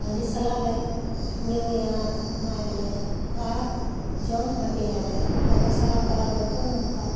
ᱦᱟᱺᱰᱤ ᱥᱟᱞᱟᱜ ᱞᱮ ᱧᱩᱭᱟ ᱪᱟᱠᱷᱟᱱᱭᱟᱞᱮ ᱟᱨ ᱡᱚᱢ ᱦᱟᱹᱴᱤᱧᱟᱞᱮ ᱨᱟᱡᱟᱥᱟᱞᱟ ᱯᱟᱨᱟᱵᱽ ᱨᱮᱫᱚ ᱱᱚᱝᱠᱟ